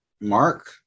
mark